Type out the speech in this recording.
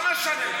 לא משנה.